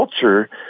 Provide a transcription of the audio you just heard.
culture